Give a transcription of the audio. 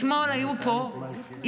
אתמול היו פה אימהות.